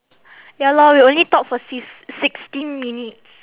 ya lor we only talk for six~ sixteen minutes